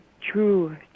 true